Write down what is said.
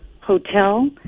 Hotel